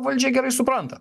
valdžia gerai supranta